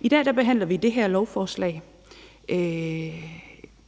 I dag behandler vi det her lovforslag,